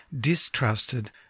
distrusted